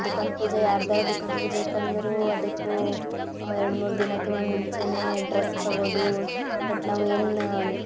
ದುಖಾನ್ ಪೂಜ ಯಾರ್ದರ ದುಖಾನ್ ಪೂಜ ಇತ್ತಂದರು ಅದಕ್ಕೂ ಎರಡು ಮೂರು ದಿನಕ್ಕಿನ ಮುಂಚೆನೇ ಡ್ರೆಸ್ ತಗೋದು ಬಟ್ ನಾವು ಏನು